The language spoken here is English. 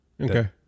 Okay